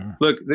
look